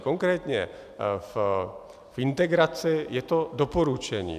Konkrétně v integraci je to doporučení.